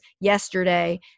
yesterday